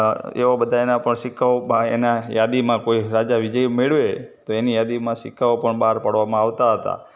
એવા બધા એના પણ સિક્કાઓ બ એના યાદીમાં કોઈ રાજા વિજય મેળવે તો એની યાદીમાં સિક્કાઓ પણ બહાર પાડવામાં આવતા હતા